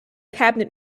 cabinet